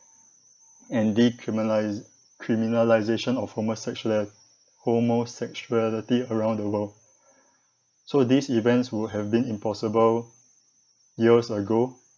and decriminalise criminalisation of homosexuali~ homosexuality around the world so these events would have been impossible years ago